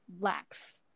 lacks